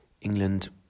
England